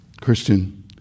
Christian